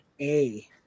A-